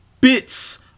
bits